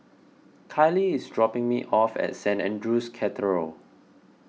Kylie is dropping me off at Saint andrew's Cathedral